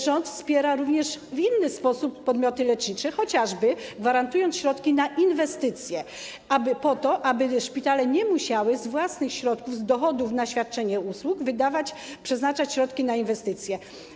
Rząd wspiera również w inny sposób podmioty lecznicze, chociażby gwarantując środki na inwestycje po to, aby szpitale nie musiały własnych środków z dochodów na świadczenie usług przeznaczać na inwestycje.